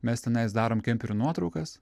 mes tenais darom kemperių nuotraukas